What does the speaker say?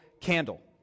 candle